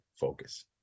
focus